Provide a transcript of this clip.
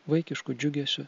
vaikišku džiugesiu